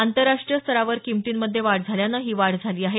आंतरराष्टीय स्तरावर किमतींमधे वाढ झाल्यानं ही वाढ झाली आहे